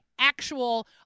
actual